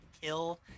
kill